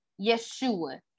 Yeshua